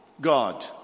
God